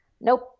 nope